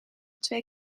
twee